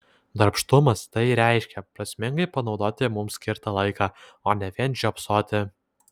darbštumas tai ir reiškia prasmingai panaudoti mums skirtą laiką o ne vien žiopsoti